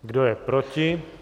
Kdo je proti?